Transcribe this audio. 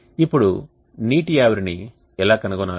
ఇప్పుడు నీటి ఆవిరిని ఎలా కనుగొనాలి